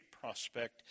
prospect